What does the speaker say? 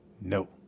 no